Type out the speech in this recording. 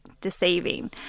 deceiving